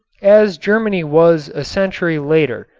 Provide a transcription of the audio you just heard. as germany was a century later,